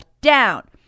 down